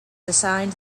assigned